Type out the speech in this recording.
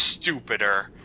stupider